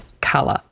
Color